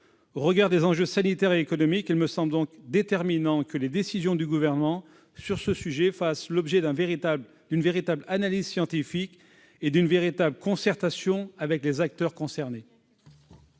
au regard des enjeux sanitaires et économiques, il me semble déterminant que les décisions du Gouvernement en la matière fassent l'objet d'une véritable analyse scientifique et d'une véritable concertation avec les acteurs concernés.